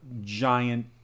giant